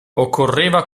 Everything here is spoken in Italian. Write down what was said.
occorreva